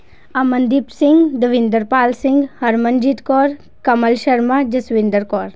Amandeep Singh Davinder Pal Singh Harmanjit Kaur Kamal Sharma Jaswinder Kaur